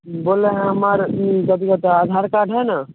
बोल रहे हैं हमार जब यह तो आधार कार्ड है ना